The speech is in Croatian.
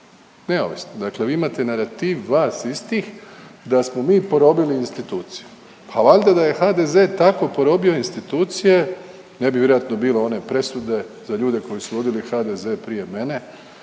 Neovisne, dakle vi imate narativ vas istih da smo mi porobili institucije. Pa valjda da je HDZ tako porobio institucije ne bi vjerojatno bilo one presude za ljude koji su vodili HDZ prije mene,